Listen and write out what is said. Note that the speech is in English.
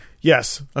Yes